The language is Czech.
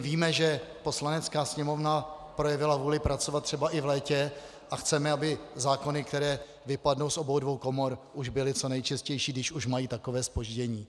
Víme, že Poslanecká sněmovna projevila vůli pracovat třeba i v létě a chceme, aby zákony, které vyjdou z obou dvou komor, už byly co nejčistší, když už mají takové zpoždění.